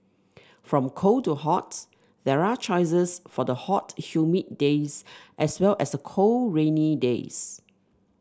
from cold to hot there are choices for the hot humid days as well as the cold rainy days